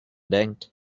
denkt